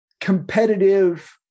competitive